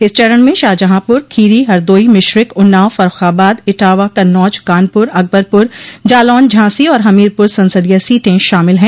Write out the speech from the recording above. इस चरण में शाहजहांपुर खीरी हरदोई मिश्रिख उन्नाव फर्रूखाबाद इटावा कन्नौज कानपुर अकबरपुर जालौन झांसी और हमीरपुर संसदीय सीटें शामिल है